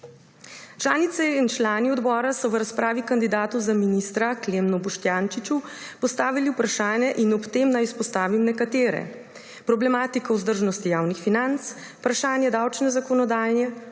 Članice in člani odbora so v razpravi kandidatu za ministra Klemnu Boštjančiču postavili vprašanja in ob tem naj izpostavim nekatera: problematiko vzdržnosti javnih financ; vprašanje davčne zakonodaje;